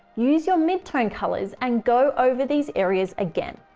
use your mid tone colors and go over these areas again.